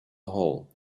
hall